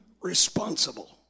responsible